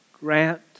grant